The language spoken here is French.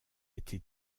été